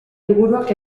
liburuak